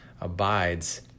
abides